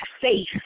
faith